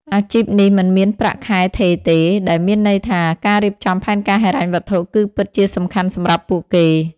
អាជីពនេះមិនមានប្រាក់ខែថេរទេ ដែលមានន័យថាការរៀបចំផែនការហិរញ្ញវត្ថុគឺពិតជាសំខាន់សម្រាប់ពួកគេ។